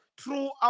throughout